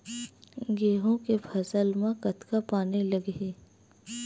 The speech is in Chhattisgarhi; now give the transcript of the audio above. गेहूं के फसल म कतका पानी लगही?